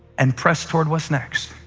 and press toward what's next.